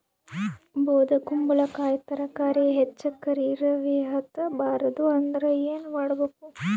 ಬೊದಕುಂಬಲಕಾಯಿ ತರಕಾರಿ ಹೆಚ್ಚ ಕರಿ ಇರವಿಹತ ಬಾರದು ಅಂದರ ಏನ ಮಾಡಬೇಕು?